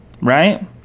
right